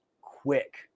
quick